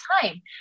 time